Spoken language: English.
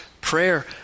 prayer